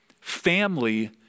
Family